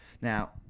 Now